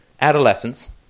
Adolescence